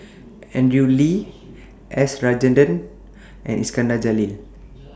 Andrew Lee S Rajendran and Iskandar Jalil